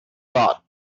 got